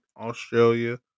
Australia